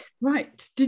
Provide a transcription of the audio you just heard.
right